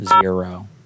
Zero